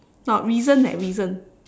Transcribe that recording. not reason eh reason